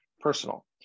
personal